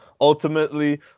ultimately